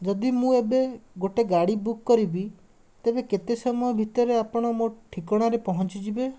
ଯଦି ମୁଁ ଏବେ ଗୋଟେ ଗାଡ଼ି ବୁକ୍ କରିବି ତେବେ କେତେ ସମୟ ଭିତରେ ଆପଣ ମୋ ଠିକଣାରେ ପହଞ୍ଚିଯିବେ